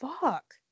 fuck